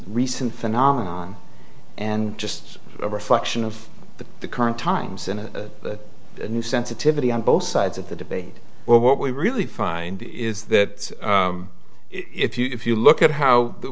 recent phenomenon and just a reflection of the current times and a new sensitivity on both sides of the debate well what we really find is that if you if you look at how whe